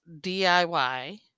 DIY